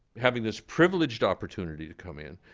having this privileged opportunity to come in,